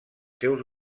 seus